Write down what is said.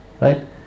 right